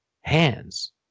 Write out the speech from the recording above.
hands